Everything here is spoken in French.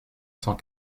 cent